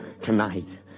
Tonight